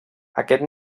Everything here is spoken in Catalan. aquest